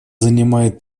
занимает